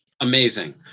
Amazing